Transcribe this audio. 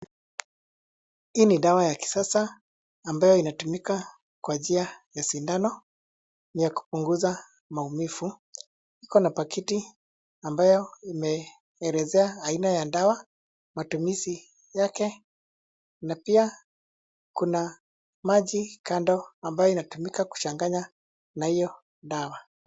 Hii ni dawa ya kisasa ambayo inatumika kwa njia ya sindano ni ya kupunguza maumivu. Iko na pakiti ambayo imeelezea aina ya dawa, matumizi yake na pia kuna maji kando ambayo inatumika kuchanganya na hiyo dawa.